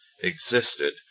existed